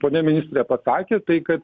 ponia ministrė pasakė tai kad